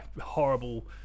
horrible